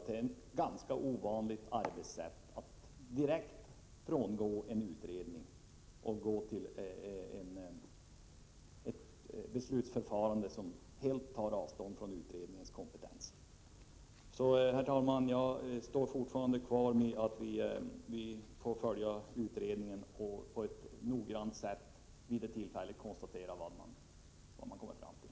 Det är ett ganska ovanligt arbetssätt att direkt frångå en utredning och gå över till ett beslutsförfarande, där man helt tar avstånd från utredningens kompetens. Herr talman! Jag står fortfarande fast vid att vi skall följa utredningen på ett noggrant sätt och se vad den kommer fram till.